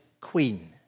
queen